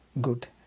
good